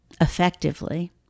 effectively